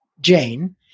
Jane